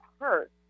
hurt